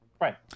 Right